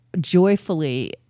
joyfully